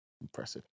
Impressive